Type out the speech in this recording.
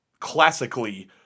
classically